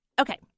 Okay